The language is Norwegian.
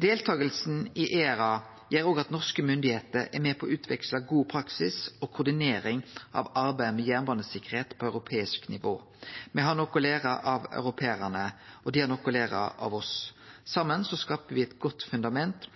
Deltakinga i ERA gjer òg at norske myndigheiter er med på å utveksle god praksis og koordinering av arbeidet med jernbanesikkerheit på europeisk nivå. Me har noko å lære av europearane, og dei har noko å lære av oss. Saman skaper me eit godt fundament